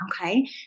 Okay